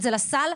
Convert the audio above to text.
זה לטווח הארוך.